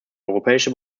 europäische